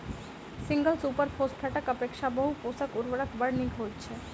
single super फौसफेटक अपेक्षा बहु पोषक उर्वरक बड़ नीक होइत छै